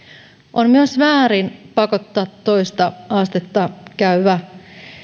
on myös väärin pakottaa toista astetta käyvä